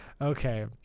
Okay